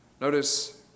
Notice